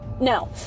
No